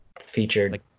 featured